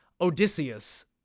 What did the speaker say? Odysseus